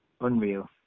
unreal